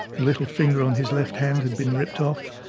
the little finger on his left hand had been ripped off.